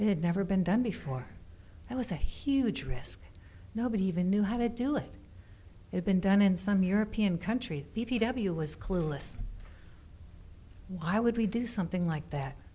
had never been done before that was a huge risk nobody even knew how to do it it's been done in some european countries b t w was clueless why would we do something like that